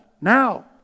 Now